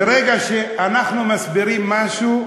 ברגע שאנחנו מסבירים משהו,